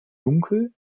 dunkel